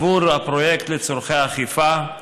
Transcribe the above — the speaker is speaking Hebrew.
עבור הפרויקט לצורכי אכיפה,